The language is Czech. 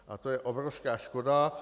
A to je obrovská škoda.